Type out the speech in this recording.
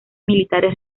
militares